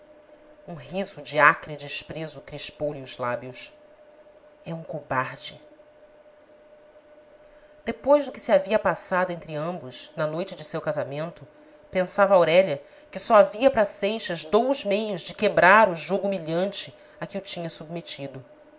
um riso de acre desprezo crispou lhe os lábios é um cobarde depois do que se havia passado entre ambos na noite de seu casamento pensava aurélia que só havia para seixas dous meios de quebrar o jugo humilhante a que o tinha submetido